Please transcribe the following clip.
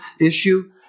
issue